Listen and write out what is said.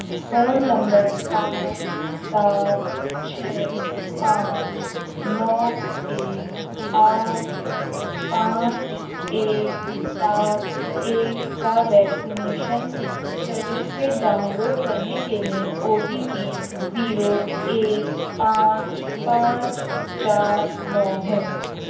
phone number آٹھ سات چھ پانچ نو ایک آٹھ پانچ ایک سات ایک کا ویکسینیشن سرٹیفکیٹ ڈاؤن لوڈ کرنے کے لیے او ٹی پی زیرو ایک پانچ پانچ چار نو ہے